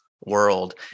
world